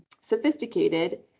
Sophisticated